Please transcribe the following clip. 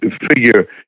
figure